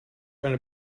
eine